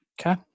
Okay